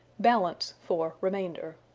balance for remainder.